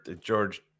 George